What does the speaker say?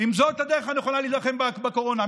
אם זאת הדרך הנכונה להילחם בקורונה.